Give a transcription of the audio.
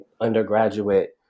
undergraduate